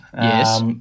Yes